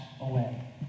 away